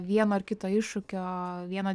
vieno ar kito iššūkio vieno